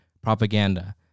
propaganda